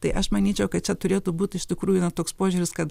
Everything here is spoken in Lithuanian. tai aš manyčiau kad čia turėtų būt iš tikrųjų na toks požiūris kad